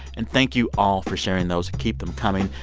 and thank you all for sharing those. keep them coming.